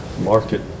market